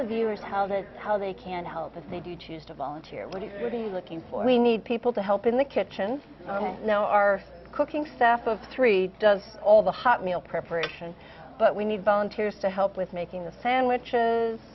the viewers how they how they can help but they do choose to volunteer what it's really looking for we need people to help in the kitchen know our cooking staff of three does all the hot meal preparation but we need volunteers to help with making the sandwiches